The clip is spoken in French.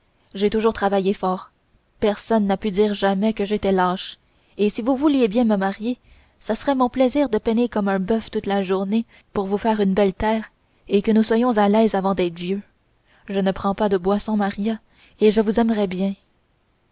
j'ai toujours travaillé fort personne n'a pu dire jamais que j'étais lâche et si vous vouliez bien me marier ça serait mon plaisir de peiner comme un boeuf toute la journée pour vous faire une belle terre et que nous soyons à l'aise avant d'être vieux je ne prends pas de boisson maria et le vous aimerais bien